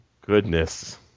goodness